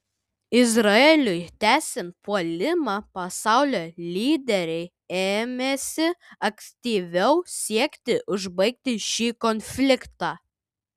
izraeliui tęsiant puolimą pasaulio lyderiai ėmėsi aktyviau siekti užbaigti šį konfliktą